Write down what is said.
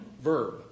verb